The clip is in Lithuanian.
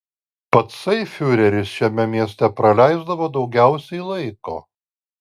patsai fiureris šiame mieste praleisdavo daugiausiai laiko